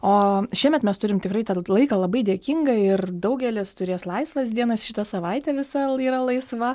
o šiemet mes turim tikrai tą laiką labai dėkingą ir daugelis turės laisvas dienas šita savaitė visa yra laisva